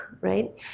right